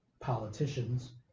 politicians